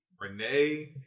Renee